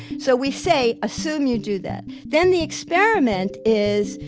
so we say assume you do that. then the experiment is,